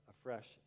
afresh